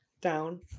down